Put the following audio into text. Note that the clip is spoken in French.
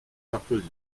sarkozy